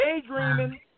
daydreaming